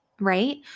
right